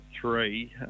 three